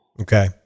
Okay